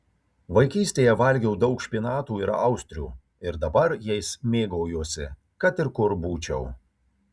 vaikystėje valgiau daug špinatų ir austrių ir dabar jais mėgaujuosi kad ir kur būčiau